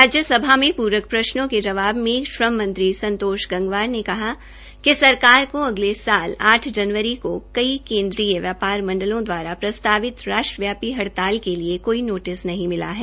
राज्यसभा में एक पूरक प्रश्नों के जवाब में श्रम मंत्री संतोष गंगवार ने कहा कि सरकार को अगले साल आठ जनवरी को कई केन्द्रीय व्यापार मंडलों द्वारा प्रस्तावित राष्ट्रव्यापी हड़ताल के लिए कोई नहीं मिला है